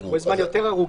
אלה קבועי זמן יותר ארוכים.